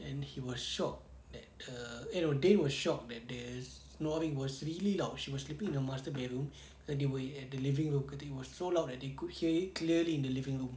and he was shocked that her they were shocked that the snoring was really loud she was sleeping in the master bedroom and they were at the living room getting so loud that they could hear it clearly in the living room